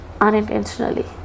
Unintentionally